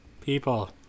people